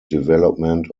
development